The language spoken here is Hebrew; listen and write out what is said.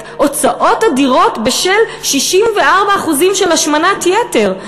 הוצאות אדירות בשל 64% של השמנת יתר.